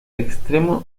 extremo